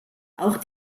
auch